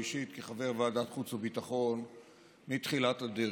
אישית כחבר ועדת החוץ והביטחון מתחילת הדרך.